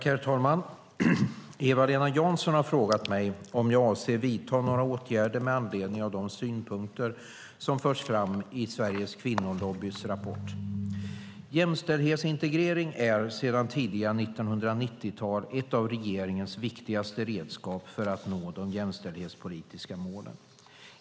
Herr talman! Eva-Lena Jansson har frågat mig om jag avser att vidta några åtgärder med anledning av de synpunkter som lyfts fram i Sveriges Kvinnolobbys rapport. Jämställdhetsintegrering är sedan tidigt 1990-tal ett av regeringens viktigaste redskap för att nå de jämställdhetspolitiska målen.